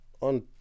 on